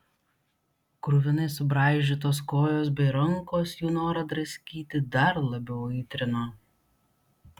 kruvinai subraižytos kojos bei rankos jų norą draskyti dar labiau aitrino